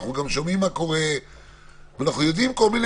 אנחנו גם שומעים מה קורה ואנחנו יודעים על כל מיני